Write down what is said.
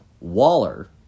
Waller